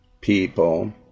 people